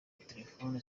terefone